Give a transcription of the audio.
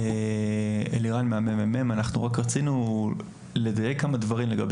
אנחנו רק רצינו לדייק כמה דברים לגבי